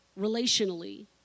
relationally